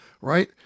right